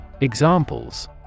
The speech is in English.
Examples